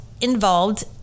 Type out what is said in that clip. involved